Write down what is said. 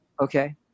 Okay